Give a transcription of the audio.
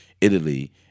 italy